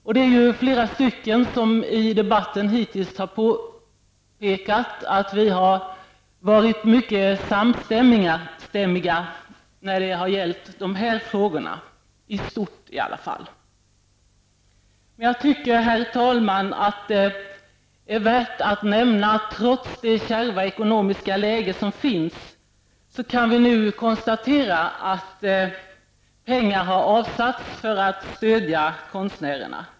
Flera talare har redan i debatten påpekat att vi i varje fall i stort har varit mycket samstämmiga när det har gällt de här frågorna. Jag tycker, herr talman, att det är värt att nämna att vi nu, trots det kärva ekonomiska läge som råder, kan konstatera att pengar har avsatts för att stödja konstnärerna.